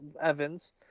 Evans